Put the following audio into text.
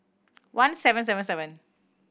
one seven seven seven